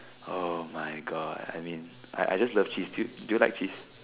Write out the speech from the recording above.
[oh]-my-God I mean I I just love cheese do do you like cheese